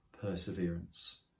perseverance